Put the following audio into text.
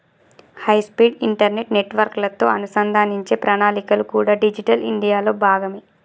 high speed internet నెట్వర్క్లతో అనుసంధానించే ప్రణాళికలు కూడా డిజిటల్ ఇండియాలో భాగమే